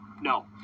No